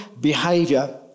behavior